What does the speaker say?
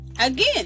again